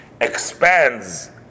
expands